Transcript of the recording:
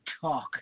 Talk